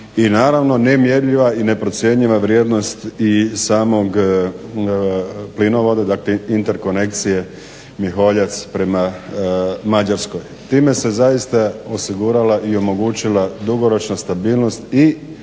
I naravno nemjerljiva i neprocjenjiva vrijednost i samog plinovoda dakle interkonekcije Miholjac prema Mađarskoj. Time se zaista osigurala i omogućila dugoročna stabilnost i